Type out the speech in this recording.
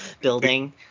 building